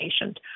patient